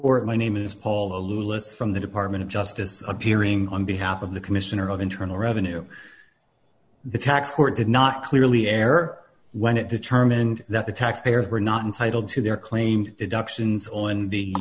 order my name is paul a list from the department of justice appearing on behalf of the commissioner of internal revenue the tax court did not clearly error when it determined that the taxpayers were not entitled to their claimed deductions on the